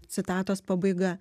citatos pabaiga